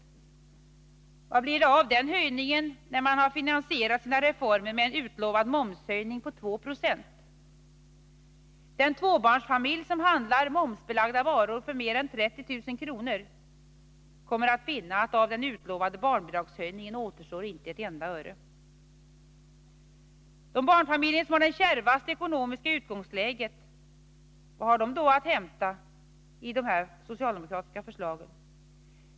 Men vad blir det av den höjningen när man har finansierat sina reformer med en utlovad momshöjning på 2 76? Den tvåbarnsfamilj som köper momsbelagda varor för mer än 30 000 kr. kommer att finna att av den utlovade barnbidragshöjningen återstår inte ett enda öre. De barnfamiljer som har det kärvaste ekonomiska utgångsläget — vad har de att hämta i de socialdemokratiska förslagen?